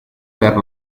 per